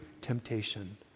temptation